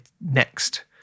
next